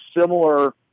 similar